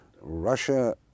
Russia